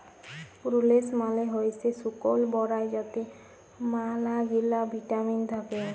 প্রুলেস মালে হইসে শুকল বরাই যাতে ম্যালাগিলা ভিটামিল থাক্যে